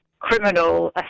criminal